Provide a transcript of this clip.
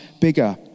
bigger